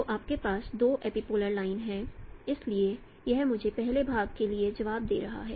तो आपके पास दो एपीपोलर लाइन है इसलिए यह मुझे पहले भाग के लिए जवाब दे रहा है